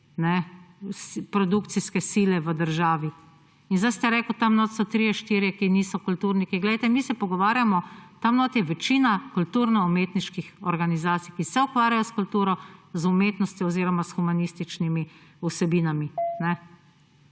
produkcijske sile v državi. Zdaj ste rekli, tam notri so trije, štirje, ki niso kulturniki. Glejte, mi se pogovarjamo, tam notri je večina kulturno-umetniških organizacij, ki se ukvarjajo s kulturo, z umetnostjo oziroma s humanističnimi vsebinami,